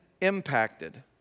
Impacted